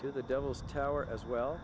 to the devil's tower as well